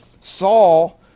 Saul